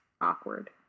Awkward